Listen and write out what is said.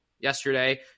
yesterday